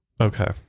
Okay